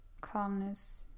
calmness